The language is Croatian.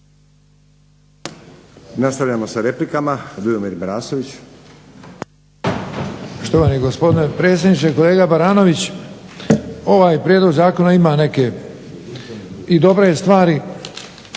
Nastavljamo sa replikama.